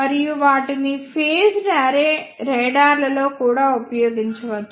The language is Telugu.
మరియు వాటిని ఫేజ్డ్ అర్రే రాడార్లలో కూడా ఉపయోగించవచ్చు